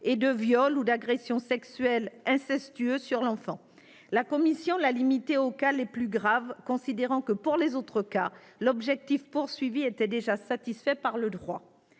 de viol ou aux agressions sexuelles incestueuses sur l'enfant. La commission a limité cette suspension aux cas les plus graves, considérant que, pour les autres cas, l'objectif visé était déjà satisfait par le droit.